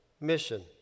mission